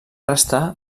restar